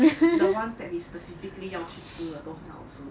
the ones that we specifically 要去吃的都很好吃